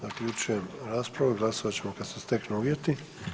Zaključujem raspravu i glasovat ćemo kad se steknu uvjeti.